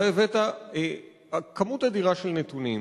אתה הבאת כמות אדירה של נתונים,